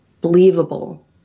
believable